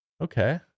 Okay